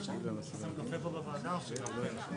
הצבעה הרשימה אושרה הרשימה אושרה.